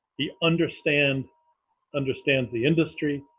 he understand understands the industry.